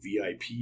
VIP